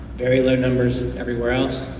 very low numbers everywhere else.